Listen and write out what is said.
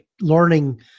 learning